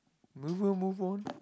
move move move on